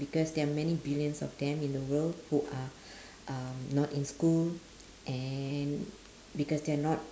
because there are many billions of them in the world who are(um) not in school and because they are not